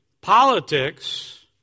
politics